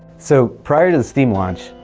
so prior to the steam launch,